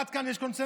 עד כאן יש קונסנזוס?